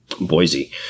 Boise